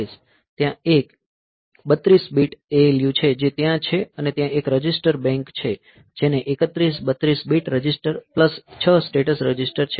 ત્યાં એક 32 bit ALU છે જે ત્યાં છે અને ત્યાં એક રજીસ્ટર બેંક છે જેને 31 32 bit register plus 6 status register છે